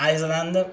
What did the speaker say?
Iceland